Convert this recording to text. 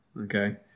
Okay